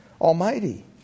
Almighty